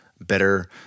better